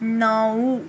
नऊ